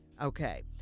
okay